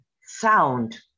sound